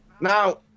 Now